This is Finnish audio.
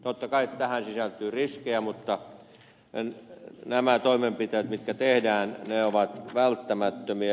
totta kai tähän sisältyy riskejä mutta nämä toimenpiteet mitkä tehdään ovat välttämättömiä